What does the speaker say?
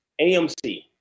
AMC